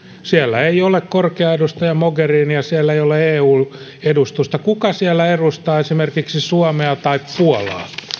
siellä ei ole korkea edustaja mogherinia siellä ei ole eun edustusta kuka siellä edustaa esimerkiksi suomea tai puolaa